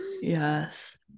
Yes